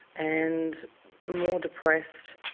and more depressed